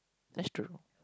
that's true